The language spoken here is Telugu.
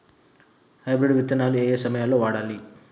హైబ్రిడ్ విత్తనాలు ఏయే సమయాల్లో వాడాలి?